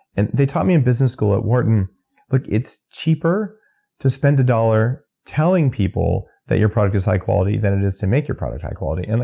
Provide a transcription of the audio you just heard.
and they taught me in business school at wharton look, it's cheaper to spend a dollar telling people that your product is high quality than it is to make your product high quality. and